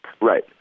Right